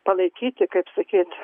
palaikyti kaip sakyt